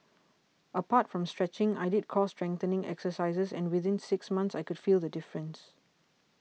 apart from stretching i did core strengthening exercises and within six months I could feel the difference